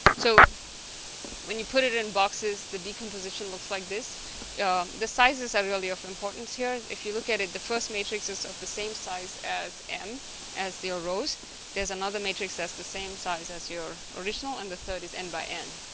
so when you put it in boxes the decomposition looks like this yeah the sizes are really of importance here if you look at it the first matrix is of the same size as m as the ah rows there's another matrix that's the same size as your original and the third is m by n